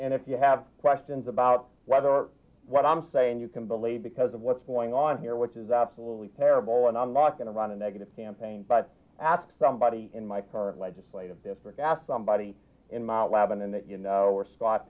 if you have questions about whether what i'm saying you can believe because of what's going on here which is absolutely terrible and i'm not going to run a negative campaign but ask somebody in my current legislative district ask somebody in mount lebanon that you know where scott